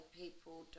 people